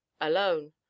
alone